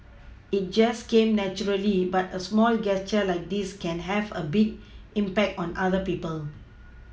it just came naturally but a small gesture like this can have a big impact on other people